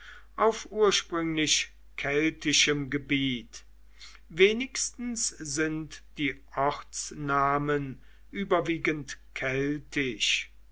auf ursprünglich keltischem gebiet wenigstens sind die ortsnamen überwiegend